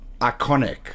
iconic